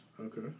Okay